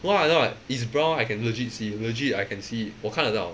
no ah no ah it's brown I can legit see legit I can see it 我看得到